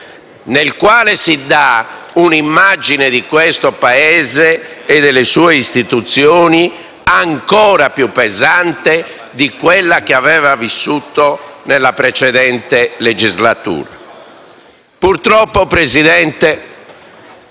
le quali si dà un'immagine del Paese e delle sue istituzioni ancora più pesante di quella vissuta nella precedente legislatura. Purtroppo, signor Presidente,